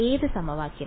ഏത് സമവാക്യം